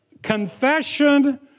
confession